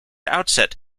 outset